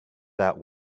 that